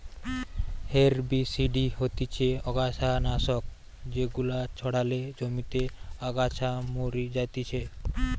herbicide হতিছে অগাছা নাশক যেগুলা ছড়ালে জমিতে আগাছা মরি যাতিছে